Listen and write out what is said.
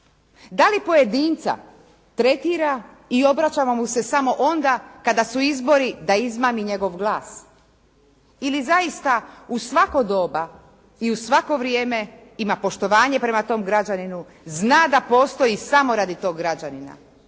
Da li pojedinca tretira i obraća mu se samo onda kada su izbori da izmami njegov glas? Ili zaista u svako doba i u svako vrijeme ima poštovanje prema tom građaninu, zna da postoji samo radi tog građanina